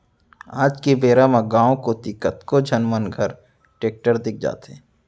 आज के बेरा म गॉंव कोती कतको झन मन घर टेक्टर दिख जाथे